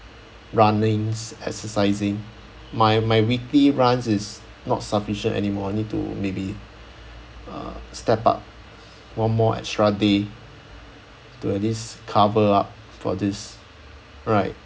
runnings exercising my my weekly runs is not sufficient anymore I need to maybe uh step up one more extra day to at least cover up for this right